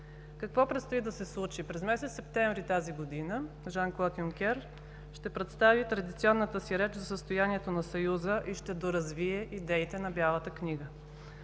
Какво предстои да се случи? През месец септември тази година Жан-Клод Юнкер ще представи традиционната си реч за състоянието на Съюза и ще доразвие идеите на Бялата книга.